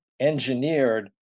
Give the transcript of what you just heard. engineered